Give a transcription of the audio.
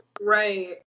right